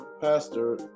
Pastor